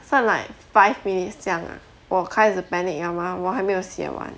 算 like five minutes 这样啊我开始 panic 了 ah 我还没有写完